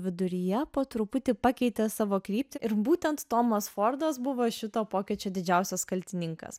viduryje po truputį pakeitė savo kryptį ir būtent tomas fordas buvo šito pokyčio didžiausias kaltininkas